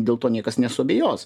dėl to niekas nesuabejos